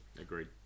agreed